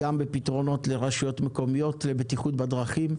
גם בפתרונות לרשויות מקומיות לבטיחות בדרכים,